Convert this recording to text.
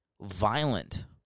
violent